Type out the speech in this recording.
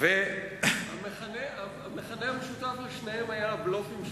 המכנה המשותף לשניהם היה הבלופים,